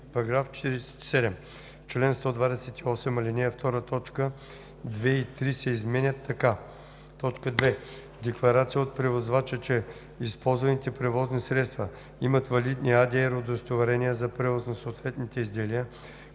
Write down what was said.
47: „§ 47. В чл. 128, ал. 2 т. 2 и 3 се изменят така: „2. декларация от превозвача, че използваните превозни средства имат валидни ADR удостоверения за превоз на съответните изделия,